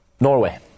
Norway